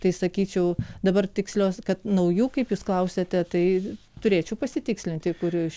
tai sakyčiau dabar tikslios kad naujų kaip jūs klausiate tai turėčiau pasitikslinti kur iš